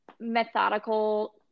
methodical